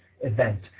event